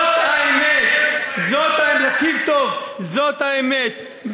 תקשיב טוב, זאת האמת.